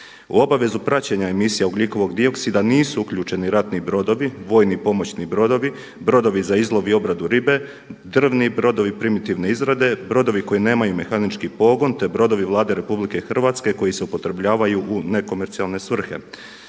U obavezu praćenja emisija ugljikovog dioksida nisu uključeni ratni brodovi, vojni pomoćni brodovi, brodovi za izlov i obradu ribe, drvni brodovi primitivne izrade, brodovi koji nemaju mehanički pogon, te brodovi Vlade RH koji se upotrebljavaju u nekomercijalne svrhe.